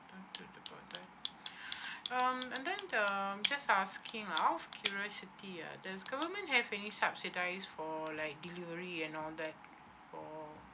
noted about that um and then uh just asking out of curiosity ah does government have any subsidise for like delivery and all that for